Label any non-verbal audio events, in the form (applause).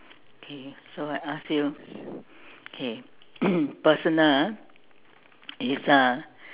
okay so I ask you okay (coughs) personal ah if uh